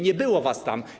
Nie było was tam.